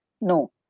No